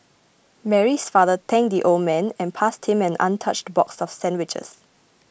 Mary's father thanked the old man and passed him an untouched box of sandwiches